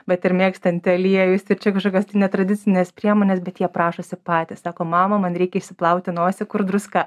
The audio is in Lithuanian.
bet ir mėgstanti aliejus ir čia kažkokias tai netradicines priemones bet jie prašosi patys sako mama man reikia išsiplauti nosį kur druska